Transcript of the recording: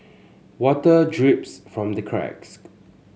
water drips from the cracks